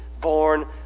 born